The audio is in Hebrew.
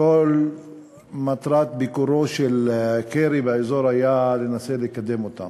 שכל מטרת ביקורו של קרי באזור הייתה לנסות לקדם אותם.